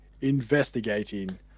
investigating